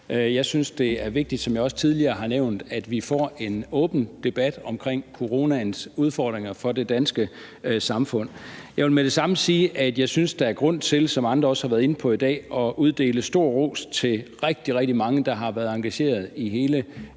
Jeg synes, det er vigtigt, som jeg også tidligere har nævnt, at vi får en åben debat om coronaens udfordringer for det danske samfund. Jeg vil med det samme sige, at jeg synes, der er grund til, som andre også har været inde på i dag, at uddele stor ros til rigtig, rigtig mange, der har været engageret i hele